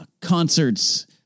concerts